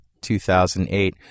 2008